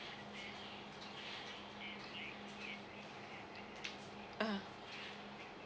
(uh huh)